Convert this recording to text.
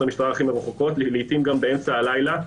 לעיתים גם באמצע הלילה.